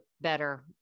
Better